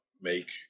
make